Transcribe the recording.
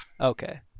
Okay